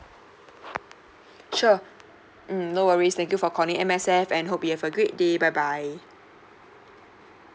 sure mm no worries thank you for calling M_S_F and hope you have a great day bye bye